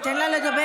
תיתן לה לדבר.